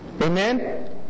Amen